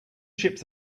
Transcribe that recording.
chips